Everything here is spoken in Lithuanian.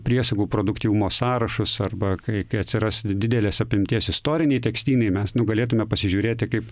priesagų produktyvumo sąrašus arba kai kai atsiras didelės apimties istoriniai tekstynai mes nu galėtume pasižiūrėti kaip